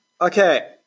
Okay